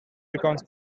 becomes